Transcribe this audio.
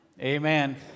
Amen